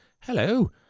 hello